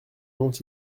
dont